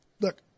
look